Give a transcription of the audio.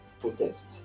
protest